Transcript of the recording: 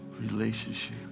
relationship